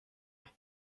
main